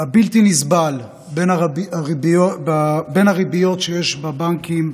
הבלתי-נסבל בין הריביות שיש בבנקים,